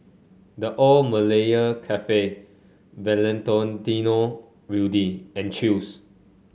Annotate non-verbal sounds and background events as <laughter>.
The Old Malaya Cafe <unintelligible> Rudy and Chew's